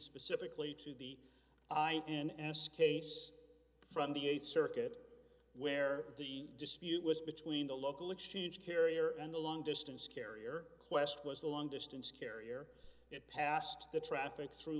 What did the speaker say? specifically to the i n s case from the th circuit where the dispute was between the local exchange carriers and the long distance carrier quest was the long distance carrier it passed the traffic through